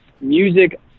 music